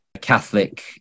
Catholic